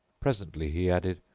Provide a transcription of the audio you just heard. presently he added,